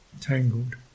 tangled